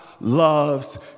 loves